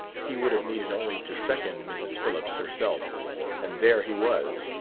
he would have needed only to second mrs. phillips herself and there he was,